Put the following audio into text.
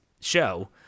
show –